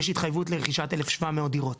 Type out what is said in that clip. יש התחייבות לרכישת 1,700 דירות,